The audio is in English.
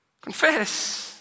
Confess